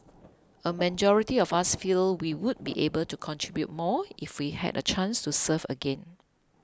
a majority of us feel we would be able to contribute more if we had a chance to serve again